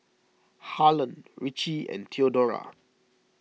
Harlan Richie and theodora